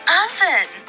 oven